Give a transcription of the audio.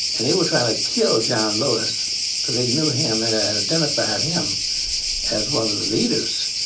and they were trying to kill john lewis cause they knew him and ah had identified him as one of the leaders.